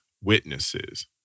witnesses